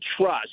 trust